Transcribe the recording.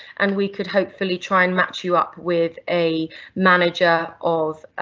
and we could hopefully try and match you up with a manager of